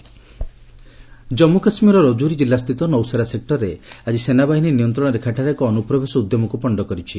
JK infiltration Jammu କାଶ୍ମୀରର ରାଜୌରୀ ଜିଲ୍ଲାସ୍ଥିତ ନୌସେରା ସେକ୍ଟରରେ ଆଜି ସେନାବାହିନୀ ନିୟନ୍ତ୍ରଣ ରେଖାଠାରେ ଏକ ଅନୁପ୍ରବେଶ ଉଦ୍ୟମକୁ ପଣ୍ଡ କରିଛି